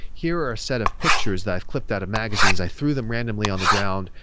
here are a set of pictures that i've clipped out of magazines. i threw them randomly on the ground.